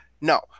No